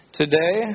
today